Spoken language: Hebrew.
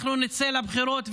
אנחנו נצא לבחירות,